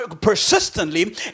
Persistently